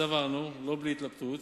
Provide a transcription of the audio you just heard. סברנו, לא בלי התלבטות,